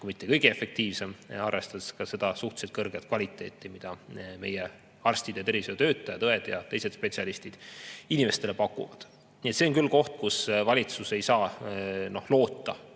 kui mitte kõige efektiivsem, arvestades ka seda suhteliselt kõrget kvaliteeti, mida meie arstid ja tervishoiutöötajad, õed ja teised spetsialistid inimestele pakuvad. Nii et see on küll koht, kus valitsus ei saa leida